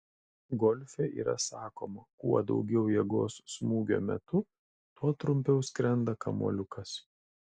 golfe yra sakoma kuo daugiau jėgos smūgio metu tuo trumpiau skrenda kamuoliukas